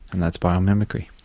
and that's biomimicry.